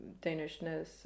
Danishness